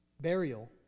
burial